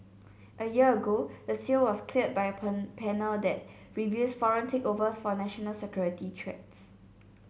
a year ago the sale was cleared by a pan panel that reviews foreign takeovers for national security threats